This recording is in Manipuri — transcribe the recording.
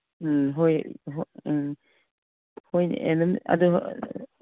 ꯎꯝ ꯍꯣꯏ ꯎꯝ ꯍꯣꯏꯅꯦ ꯑꯗꯨꯝ